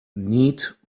neat